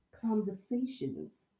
conversations